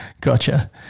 Gotcha